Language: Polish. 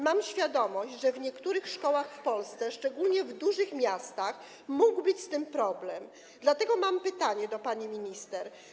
Mam świadomość, że w niektórych szkołach w Polsce, szczególnie w dużych miastach, mógł być z tym problem, dlatego mam pytanie do pani minister: